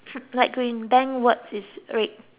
gren words is red